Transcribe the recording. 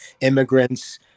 immigrants